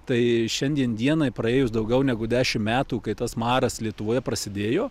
tai šiandien dienai praėjus daugiau negu dešim metų kai tas maras lietuvoje prasidėjo